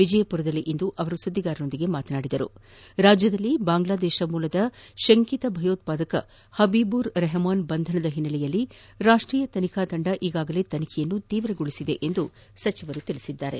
ವಿಜಯಪುರದಲ್ಲಿಂದು ಸುದ್ದಿಗಾರರೊಂದಿಗೆ ಮಾತನಾಡಿದ ಅವರು ರಾಜ್ಜದಲ್ಲಿ ಬಾಂಗ್ಲಾದೇಶ ಮೂಲದ ಶಂಕಿತ ಭಯೋತ್ವಾದಕ ಹಬೀಬೂರ್ ರೆಹಮಾನ್ ಬಂಧನದ ಹಿನ್ನೆಲೆಯಲ್ಲಿ ರಾಷ್ಟೀಯ ತನಿಖಾ ತಂಡ ಈಗಾಗಲೇ ತನಿಖೆಯನ್ನು ತೀವ್ರಗೊಳಿಸಿದೆ ಎಂದು ಹೇಳಿದರು